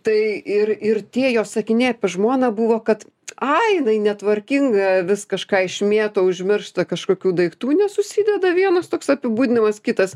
tai ir ir tie jo sakiniai apie žmoną buvo kad ai jinai netvarkinga vis kažką išmėto užmiršta kažkokių daiktų nesusideda vienas toks apibūdinimas kitas